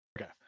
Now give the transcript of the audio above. Okay